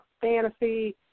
fantasy